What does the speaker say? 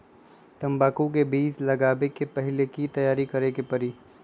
तंबाकू के बीज के लगाबे से पहिले के की तैयारी करे के परी?